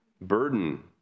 burden